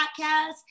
podcast